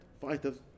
fighters